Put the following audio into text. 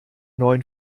neuen